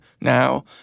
now